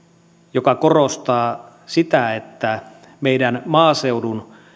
joka korostaa sitä että meidän maaseudun